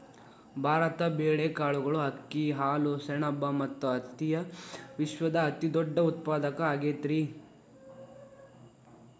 ಭಾರತ ಬೇಳೆ, ಕಾಳುಗಳು, ಅಕ್ಕಿ, ಹಾಲು, ಸೆಣಬ ಮತ್ತ ಹತ್ತಿಯ ವಿಶ್ವದ ಅತಿದೊಡ್ಡ ಉತ್ಪಾದಕ ಆಗೈತರಿ